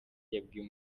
yabwiye